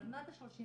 אבל מה זה 30%?